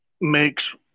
makes